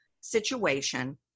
situation